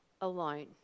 alone